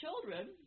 children